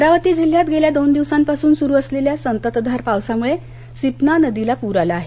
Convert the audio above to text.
अमरावती जिल्ह्यात गेल्या दोन दिवसांपासून सुरु असलेल्या संततधार पावसामुळे सिपना नदीला पूर आला आहे